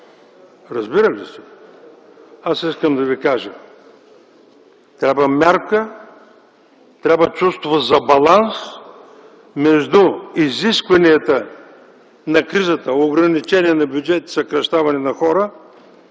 Разбира ли се? Аз искам да ви кажа – трябва мярка, трябва чувство за баланс между изискванията на кризата: ограничение на бюджет и съкращаване на хора